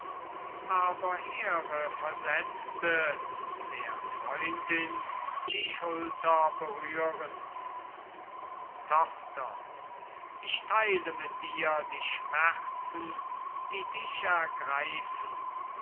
aber here versetzte der freundin die schulter berührend tochter ich teile mit dir die schmerzen die dich ergreifen